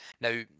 Now